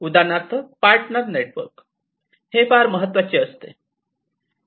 उदाहरणार्थ partner network हे फार महत्वाचे आहे